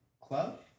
Club